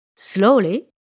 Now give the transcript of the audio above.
Slowly